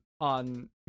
on